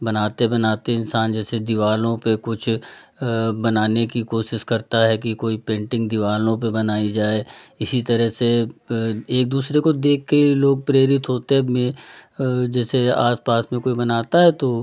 बनाते बनाते इंसान जैसे दीवालों पे कुछ बनाने की कोशिश करता है कि कोई पेन्टिंग दीवालों पे बनाई जाए इसी तरह से एक दूसरे को देख के ही लोग प्रेरित होते अब मे जैसे आस पास में कोई बनाता है तो